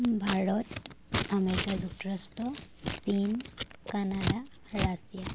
Bharat America যুক্তৰাষ্ট চীন Canada Russia